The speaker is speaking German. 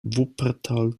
wuppertal